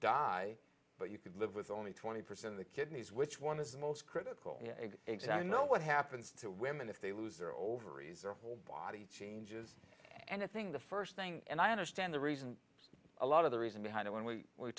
die but you could live with only twenty percent the kidneys which one is most critical examined know what happens to women if they lose their ovaries or whole body changes anything the first thing and i understand the reason a lot of the reason behind when we w